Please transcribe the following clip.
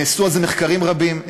נעשו על זה מחקרים רבים.